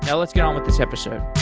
yeah let's get on with this episode.